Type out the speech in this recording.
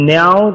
now